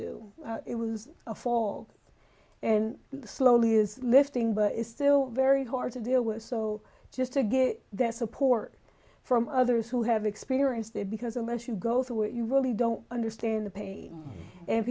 do it was a fall and the slowly is lifting but it's still very hard to deal with so just to get that support from others who have experienced it because unless you go through it you really don't understand the pain and